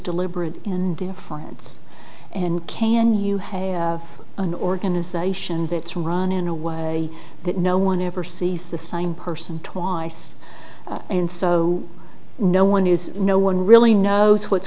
deliberate in defiance and can you have an organization that's run in a way that no one ever sees the same person twice and so no one news no one really knows what's